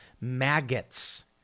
maggots